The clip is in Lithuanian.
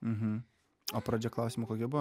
mhm o pradžia klausimo kokia buvo